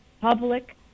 public